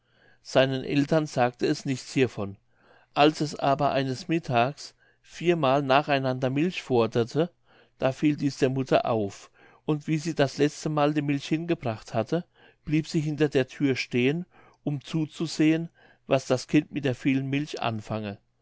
seinen eltern sagte es nichts hiervon als es aber eines mittags viermal nach einander milch forderte da fiel dies der mutter auf und wie sie das letztemal die milch hingebracht hatte blieb sie hinter der thür stehen um zuzusehen was das kind mit der vielen milch anfange